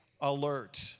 alert